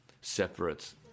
separate